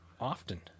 often